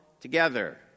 together